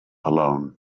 alone